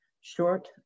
Short